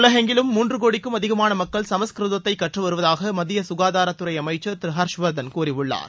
உலகெங்கிலும் மூன்று கோடிக்கும் அதிகமான மக்கள் சமஸ்கிருதத்தை கற்று வருவதாக மத்திய சுகாதாரத்துறை அமைச்சர் திரு ஹர்ஷ்வர்தன் கூறியுள்ளார்